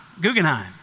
Guggenheim